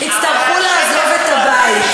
יצטרכו לעזוב את הבית.